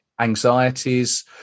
anxieties